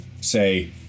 say